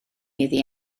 iddi